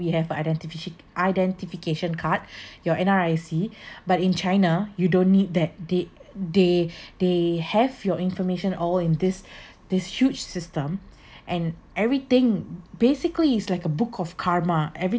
you have identification identification card your N_R_I_C but in china you don't need that they they they have your information all in this this huge system and everything basically it's like a book of karma